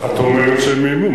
את אומרת שהם איימו.